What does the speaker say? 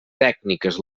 tècniques